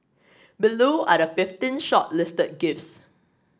below are the fifteen shortlisted gifts